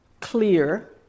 clear